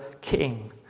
king